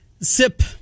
Sip